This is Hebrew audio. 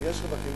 אם יש רווחים,